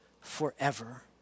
forever